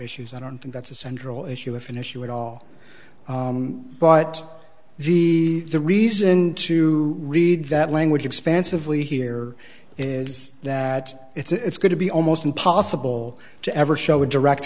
issues i don't think that's a central issue of an issue at all but the reason to read that language expansively here is that it's going to be almost impossible to ever show a direct